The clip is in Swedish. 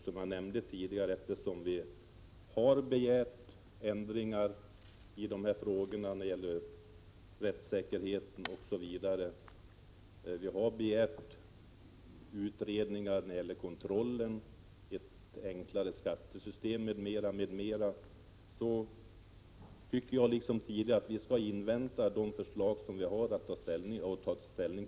Som jag nämnde tidigare har vi tagit upp frågor om rättssäkerheten och begärt utredningar om kontrollen, om ett enklare skattesystem m.m., och jag tycker liksom tidigare att vi skall invänta förslag i dessa frågor och därefter ta ställning.